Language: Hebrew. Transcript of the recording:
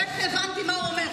איך הבנתי מה הוא אומר?